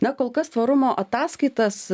na kol kas tvarumo ataskaitas